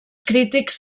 crítics